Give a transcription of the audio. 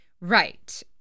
Right